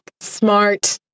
smart